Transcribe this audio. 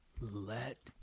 Let